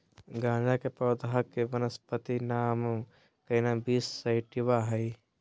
गाँजा के पौधा के वानस्पति नाम कैनाबिस सैटिवा हइ